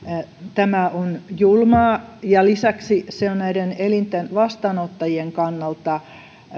tämä on julmaa ja lisäksi se on myöskin näiden elinten vastaanottajien kannalta